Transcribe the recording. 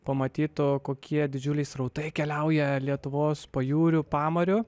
pamatytų kokie didžiuliai srautai keliauja lietuvos pajūriu pamariu